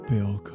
Bill